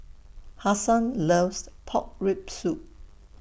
Hasan loves Pork Rib Soup